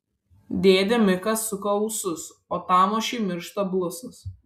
dėdė mikas suka ūsus o tamošiui miršta blusos